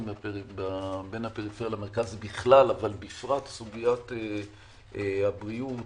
בין הפריפריה למרכז ובפרט סוגיית הבריאות,